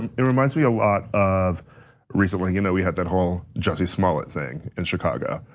and it reminds me a lot of recently, you know we had that whole justice mueller thing in chicago,